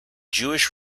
jewish